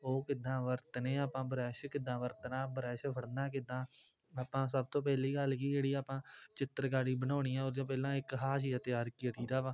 ਉਹ ਕਿੱਦਾਂ ਵਰਤਣੇ ਆ ਆਪਾਂ ਬਰੱਸ਼ ਕਿੱਦਾਂ ਵਰਤਣਾ ਬਰੱਸ਼ ਫੜਨਾ ਕਿੱਦਾਂ ਆਪਾਂ ਸਭ ਤੋਂ ਪਹਿਲੀ ਗੱਲ ਕਿ ਜਿਹੜੀ ਆਪਾਂ ਚਿੱਤਰਕਾਰੀ ਬਣਾਉਣੀ ਆ ਉਹ ਤੋਂ ਪਹਿਲਾਂ ਇੱਕ ਹਾਸ਼ੀਆ ਤਿਆਰ ਕਰੀਦਾ ਵਾ